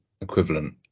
equivalent